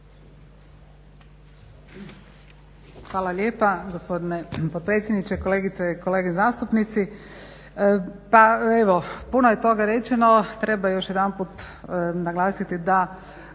Hvala lijepa gospodine potpredsjedniče, kolegice i kolege zastupnici. Pa evo puno je toga rečeno, treba još jedanput naglasiti da